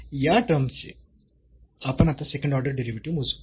तर या टर्म चे आपण आता सेकंड ऑर्डर डेरिव्हेटिव्ह मोजू